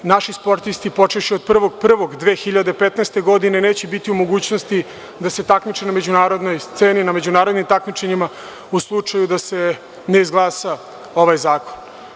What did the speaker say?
Naši sportisti, počevši od 01.01.2015. godine, neće biti u mogućnosti da se takmiče na međunarodnoj sceni, na međunarodnim takmičenjima u slučaju da se ne izglasa ovaj zakon.